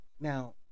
Now